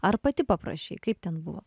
ar pati paprašei kaip ten buvo